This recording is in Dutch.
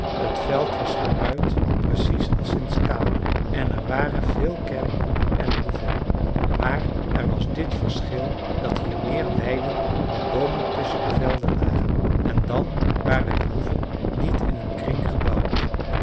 t veld was geruit precies als in skaane en er waren veel kerken en hoeven maar er was dit verschil dat hier meer weiden met boomen tusschen de velden lagen en dan waren de hoeven niet in een kring gebouwd